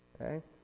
Okay